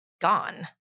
gone